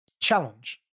challenge